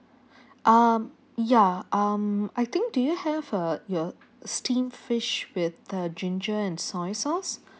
um ya um I think do you have uh your steamed fish with the ginger and soy sauce